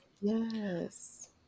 Yes